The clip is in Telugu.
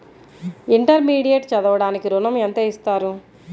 ఇంటర్మీడియట్ చదవడానికి ఋణం ఎంత ఇస్తారు?